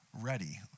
ready